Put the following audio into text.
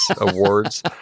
awards